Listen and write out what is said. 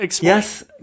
Yes